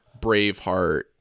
braveheart